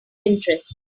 interest